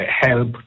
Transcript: help